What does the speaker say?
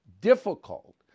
difficult